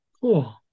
Cool